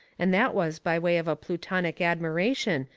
and that was by way of a plutonic admiration,